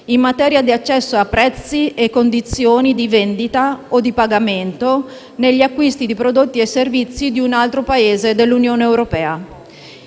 in materia di accesso a prezzi e condizioni di vendita o di pagamento negli acquisti di prodotti e servizi in un altro Paese dell'Unione europea.